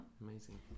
Amazing